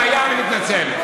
אם היה, אני מתנצל.